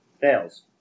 fails